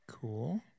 Cool